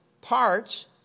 parts